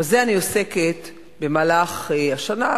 בזה אני עוסקת במהלך השנה,